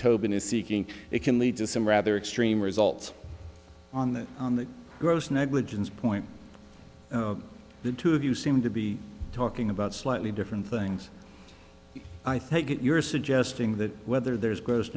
tobin is seeking it can lead to some rather extreme results on the gross negligence point the two of you seem to be talking about slightly different things i think you're suggesting that whether there is gross